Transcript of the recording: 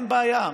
אין בעיה,